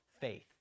faith